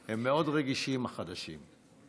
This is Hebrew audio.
הם מאוד רגישים, החדשים.